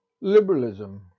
Liberalism